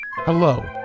hello